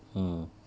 mm